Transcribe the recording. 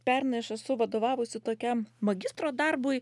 pernai aš esu vadovavusi tokiam magistro darbui